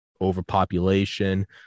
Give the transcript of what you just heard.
overpopulation